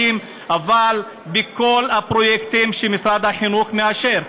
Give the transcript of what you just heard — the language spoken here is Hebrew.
אבל בכל הפרויקטים שמשרד החינוך מאשר.